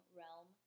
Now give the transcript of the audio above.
realm